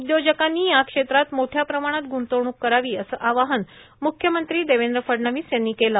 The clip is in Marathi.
उद्योजकांनी या क्षेत्रात मोठ्या प्रमाणात ग्रंतवणूक करावी असं आवाहन म्ख्यमंत्री देवेंद्र फडणवीस यांनी केलं